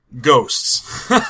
ghosts